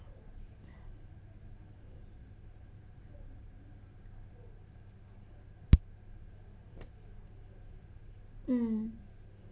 mm